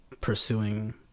pursuing